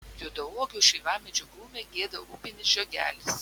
juodauogio šeivamedžio krūme gieda upinis žiogelis